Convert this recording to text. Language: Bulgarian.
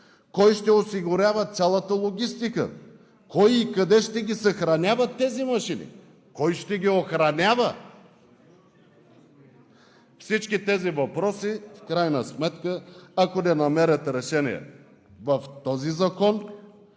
кой ще осигурява цялата логистика, кой и къде ще ги съхранява тези машини, кой ще ги охранява! Всички тези въпроси в крайна сметка, ако не намерят решение в този закон,